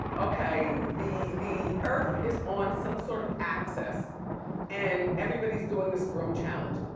okay, the the earth is on some sort of axis and everybody's doing this broom challenge.